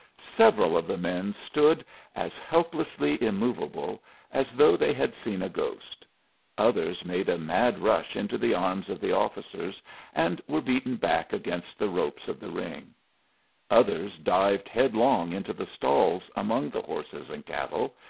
several of the men stood as helplessly immovable as though they had seen a ghost others made a mad rush into the arms of the officers and were beaten back against the ropes of the ring others dived headlong into the stalls, among the horses and cattle,